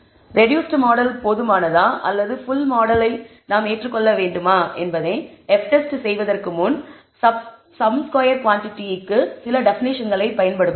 எனவே reduced model போதுமானதா அல்லது புள் மாடலை நாம் ஏற்றுக் கொள்ள வேண்டுமா என்பதை F டெஸ்ட் செய்வதற்கு முன் சம் ஸ்கொயர் குவாண்டிடி க்கு சில டெபனிஷன்களைப் பயன்படுத்துவோம்